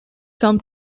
come